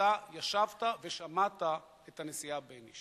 אתה ישבת ושמעת את הנשיאה בייניש